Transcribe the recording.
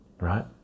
right